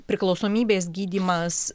priklausomybės gydymas